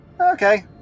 Okay